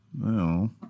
No